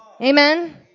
Amen